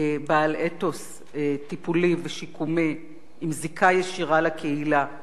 בעל אתוס טיפולי ושיקומי עם זיקה ישירה לקהילה.